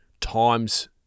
times